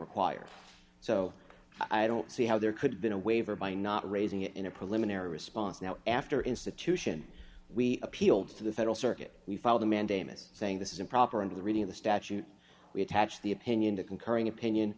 require so i don't see how there could have been a waiver by not raising it in a preliminary response now after institution we appeal to the federal circuit we file the mandamus saying this is improper into the reading of the statute we attach the opinion to concurring opinion